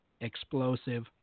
explosive